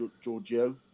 Giorgio